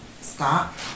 stop